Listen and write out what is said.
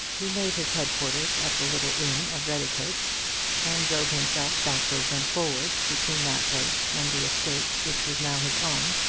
he made his head-quarters at the little inn of redicote, and drove himself backwards and forwards between that place and the estate which was now his own.